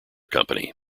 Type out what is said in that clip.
company